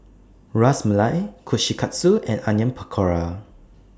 Ras Malai Kushikatsu and Onion Pakora